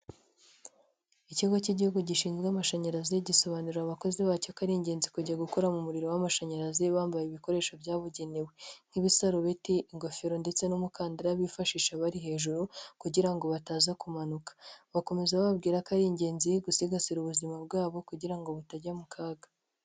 Ikigo cy'igihugu gishinzwe amashanyarazi gisobanurira abakozi bacyo ko ari ingenzi kujya gukora mu muririro w'amashanyarazi bambaye ibikoresho byabugenewe, nk'ibisarobeti, ingofero ndetse n'umukandara bifashisha bari hejuru kugira ngo bataza kumanuka, bakomeza bababwira ko ari ingenzi gusigasira ubuzima bwabo kugira ngo butajya mu kaga.